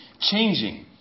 changing